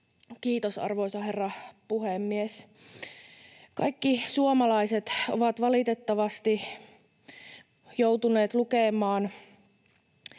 Kiitos, arvoisa herra puhemies! Kaikki suomalaiset ovat valitettavasti joutuneet lukemaan